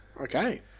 Okay